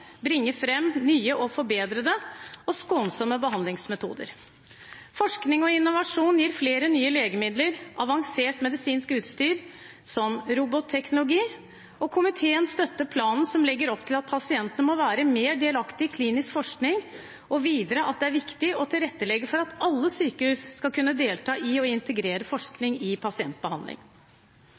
bringer fram nye, forbedrede og skånsomme behandlingsmetoder. Forskning og innovasjon gir flere nye legemidler og avansert medisinsk utstyr, som robotteknologi. Komiteen støtter planen som legger opp til at pasientene må være mer delaktige i klinisk forskning, og videre at det er viktig å tilrettelegge for at alle sykehus skal kunne delta i og integrere forskning i